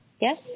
Yes